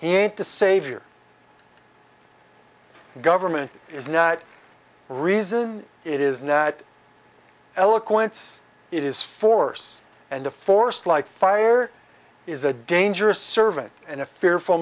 he ain't the savior government is not reason it is now eloquence it is force and a force like fire is a dangerous servant and a fearful